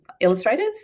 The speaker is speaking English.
illustrators